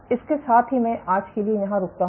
इसके साथ ही मैं आज के लिए यहाँ रुकता हूँ